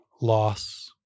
loss